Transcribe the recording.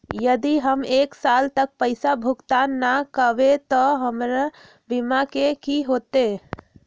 यदि हम एक साल तक पैसा भुगतान न कवै त हमर बीमा के की होतै?